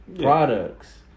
products